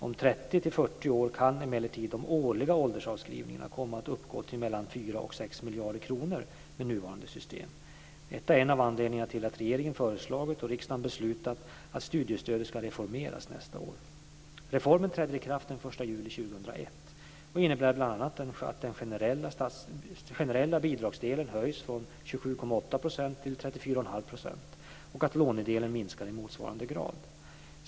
Om 30-40 år kan emellertid de årliga åldersavskrivningarna komma att uppgå till mellan 4 och 6 miljarder kronor med nuvarande system. Detta är en av anledningarna till att regeringen föreslagit och riksdagen beslutat att studiestödet ska reformeras nästa år . Reformen träder i kraft den 1 juli 2001 och innebär bl.a. att den generella bidragsdelen höjs från 27,8 % till 34,5 % och att lånedelen minskar i motsvarande grad.